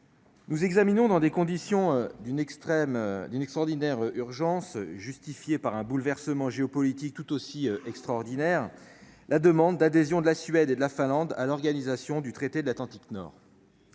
nous examinons, dans des conditions d'une extrême d'une extraordinaire urgence justifié par un bouleversement géopolitique tout aussi extraordinaire, la demande d'adhésion de la Suède et la Finlande à l'Organisation du traité de l'Atlantique nord,